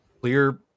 clear